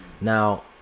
Now